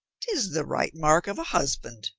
tis the right mark of a husband,